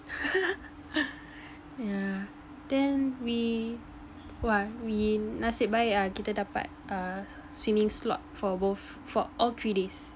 yeah then we !wah! we nasib baik ah kita dapat err swimming slot for both for all three days